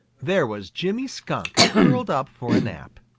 there was jimmy skunk curled up for a nap.